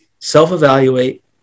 Self-evaluate